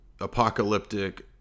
Apocalyptic